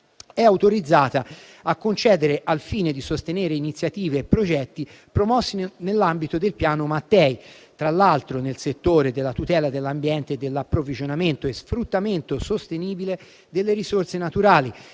è autorizzata a concedere al fine di sostenere iniziative e progetti promossi nell'ambito del Piano Mattei, tra l'altro, nel settore della tutela dell'ambiente e dell'approvvigionamento e sfruttamento sostenibile delle risorse naturali,